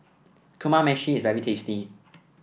Kamameshi is very tasty